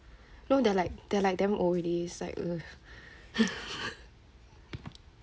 no they're like they're like damn old already is like